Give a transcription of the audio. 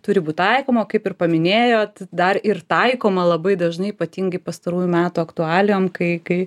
turi būt taikoma kaip ir paminėjot dar ir taikoma labai dažnai ypatingai pastarųjų metų aktualijom kai kai